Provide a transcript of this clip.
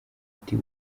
ati